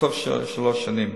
בתוך שלוש שנים,